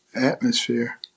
atmosphere